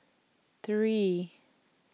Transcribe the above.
three